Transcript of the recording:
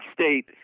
State